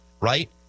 Right